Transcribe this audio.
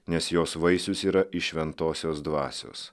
nes jos vaisius yra iš šventosios dvasios